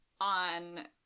on